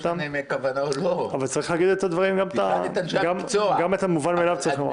גם את המובן מאליו צריך לומר.